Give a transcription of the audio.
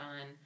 on